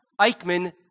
Eichmann